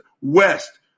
west